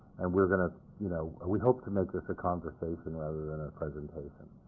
and we're going to you know we hope to make this a conversation rather than a presentation.